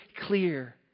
clear